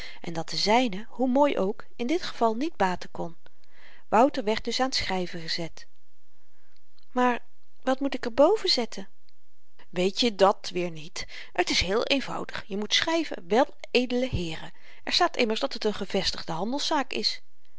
en dat de zyne hoe mooi ook in dit geval niet baten kon wouter werd dus aan t schryven gezet maar wat moet ik er boven zetten weet je dàt weer niet t is heel eenvoudig je moet schryven weledele heeren er staat immers dat het n gevestigde handelszaak is